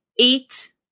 eight